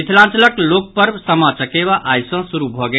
मिथिलांचलक लोकपर्व सामा चकेवा आई सॅ शुरू भऽ गेल